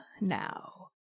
now